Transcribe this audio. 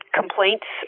complaints